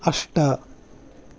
अष्ट